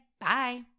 Bye